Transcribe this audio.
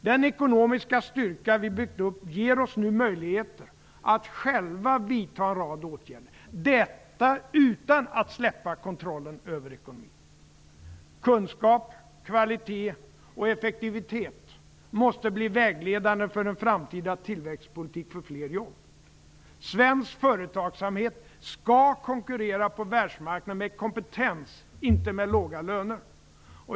Den ekonomiska styrka som vi har byggt upp ger oss nu möjligheter att själva vidta en rad åtgärder, detta utan att släppa kontrollen över ekonomin. Kunskap, kvalitet och effektivitet måste bli vägledande för en framtida tillväxtpolitik för fler jobb. Svensk företagsamhet skall konkurrera på världsmarknaden med kompetens, inte med låga löner.